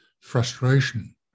frustration